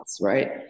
right